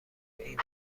این